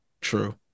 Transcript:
True